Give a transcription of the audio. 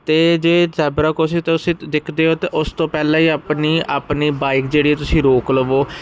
ਅਤੇ ਜੇ zebra crossing ਤਾਂ ਤੁਸੀਂ ਦਿਖਦੇ ਓ ਤਾਂ ਉਸ ਤੋਂ ਪਹਿਲਾਂ ਹੀ ਆਪਣੀ ਆਪਣੀ ਬਾਈਕ ਜਿਹੜੀ ਤੁਸੀਂ ਰੋਕ ਲਵੋ